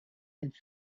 and